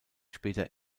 später